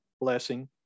blessing